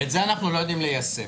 את זה אנחנו לא יודעים ליישם.